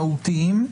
והמהותיים.